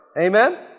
amen